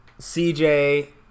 CJ